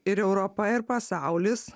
ir europa ir pasaulis